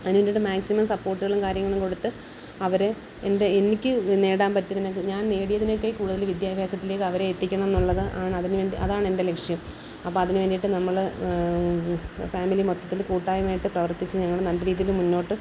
അതിന് വേണ്ടിയിട്ട് മാക്സിമം സപ്പോട്ടുകളും കാര്യങ്ങളും കൊടുത്ത് അവരെ എന്റെ എനിക്ക് നേടാൻ പറ്റ്യതിനേക്ക് ഞാൻ നേടിയതിനേക്കാള് കൂടുതല് വിദ്യാഭ്യാസത്തിലേക്ക് അവരെ എത്തിക്കണമെന്നുള്ളത് അതാണെന്റെ ലക്ഷ്യം അപ്പോള് അതിന് വേണ്ടിയിട്ട് നമ്മള് ഫാമിലി മൊത്തത്തില് കൂട്ടായ്മ ആയിട്ട് പ്രവർത്തിച്ച് ഞങ്ങള് നല്ല രീതിയില് മുന്നോട്ട്